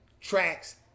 tracks